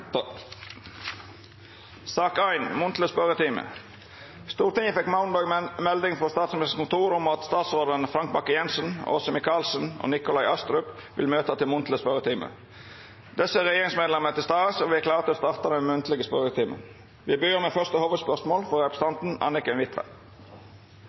Stortinget fekk måndag melding frå Statsministerens kontor om at statsrådane Frank Bakke-Jensen, Åse Michaelsen og Nikolai Astrup vil møta til munnleg spørjetime. Desse regjeringsmedlemene er til stades, og me er klare til å starta den munnlege spørjetimen. Me startar då med det første hovudspørsmålet, frå